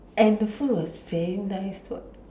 and the food was very nice what